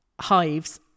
Hive's